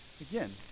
again